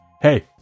Hey